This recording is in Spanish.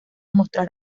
mostrar